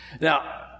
Now